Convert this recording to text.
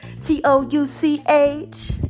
T-O-U-C-H